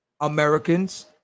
Americans